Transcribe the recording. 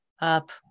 up